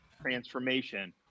transformation